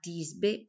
Tisbe